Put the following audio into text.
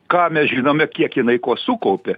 ką mes žinome kiek jinai ko sukaupė